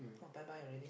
oh bye bye already